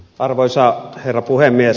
arvoisa herra puhemies